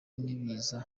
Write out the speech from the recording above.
n’ibiza